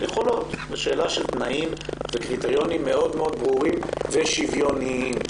יכולות ושל תנאים וקריטריונים ברורים מאוד ושוויוניים.